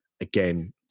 again